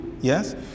yes